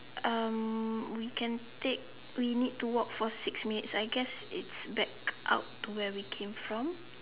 um we can take we need to walk for six minutes I guess it's back out where we came from